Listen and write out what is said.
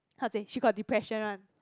how to say she got depression one